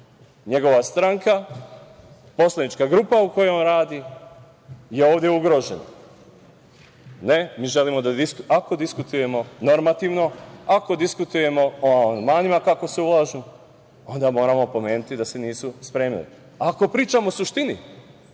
njegova stranka, poslanička grupa u kojoj on radi, je ovde ugrožena. Ne, mi želimo, ako diskutujemo normativno, ako diskutujemo o amandmanima kako se ulažu, onda moramo pomenuti da se nisu spremili. Ako pričamo o suštini,